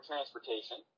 Transportation